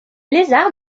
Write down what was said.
lézards